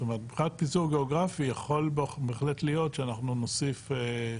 זאת אומרת מבחינת פיזור גיאוגרפי יכול בהחלט להיות שנוסיף גם